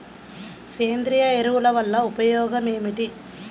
సేంద్రీయ ఎరువుల వల్ల ఉపయోగమేమిటీ?